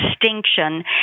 distinction